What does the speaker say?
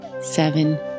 seven